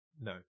No